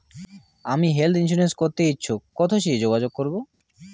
আমি health insurance করতে ইচ্ছুক কথসি যোগাযোগ করবো?